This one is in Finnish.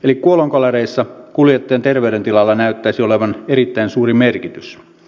eli kuolonkolareissa kuljettajan terveydentilalla näyttäisi olevan erittäin suuri merkitys